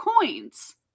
coins